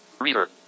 Reader